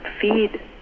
feed